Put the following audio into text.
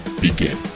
begin